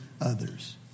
others